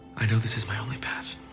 i know this is my only pass.